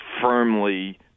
firmly